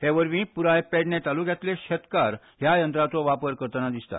ह्या वरवीं पूराय पेडणे तालुक्यांतले शेतकार ह्या यंत्रांचो वापर करतनां दिसतात